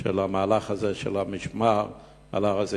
של השמירה על הר-הזיתים,